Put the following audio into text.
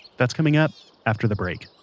thats coming up after the break